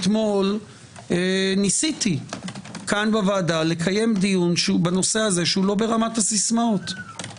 אתמול ניסיתי כאן בוועדה לקיים דיון בנושא הזה שאינו ברמת הסיסמאות.